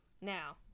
now